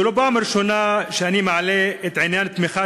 זו לא הפעם הראשונה שאני מעלה את עניין תמיכת